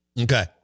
Okay